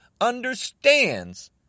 understands